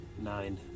nine